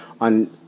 on